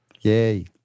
Yay